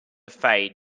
fade